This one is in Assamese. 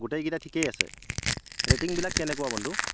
গোটেইকেইটা ঠিকেই আছে ৰেটিং বিলাক কেনেকুৱা বন্ধু